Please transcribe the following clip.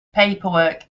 paperwork